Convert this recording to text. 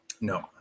No